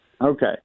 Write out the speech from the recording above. Okay